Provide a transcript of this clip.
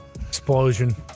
Explosion